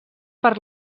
per